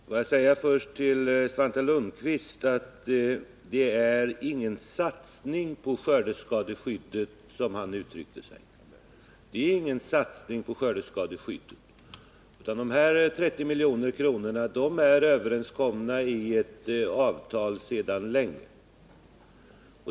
Fru talman! Får jag först säga till Svante Lundkvist att det inte är någon satsning på skördeskadeskyddet, som han uttryckte sig, utan dessa 30 milj.kr. är överenskomna i ett avtal sedan länge.